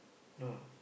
no